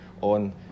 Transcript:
on